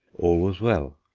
all was well.